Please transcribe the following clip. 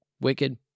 wicked